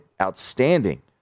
outstanding